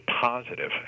positive